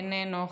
איננו,